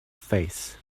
face